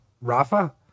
Rafa